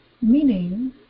meaning